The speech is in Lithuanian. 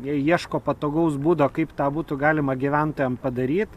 jie ieško patogaus būdo kaip tą būtų galima gyventojam padaryt